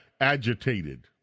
agitated